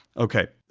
okay,